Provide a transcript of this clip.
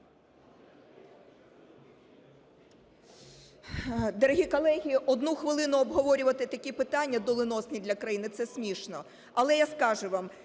Дорогі колеги, одну хвилину обговорювати такі питання, доленосні для країни, це смішно. Але я скажу вам,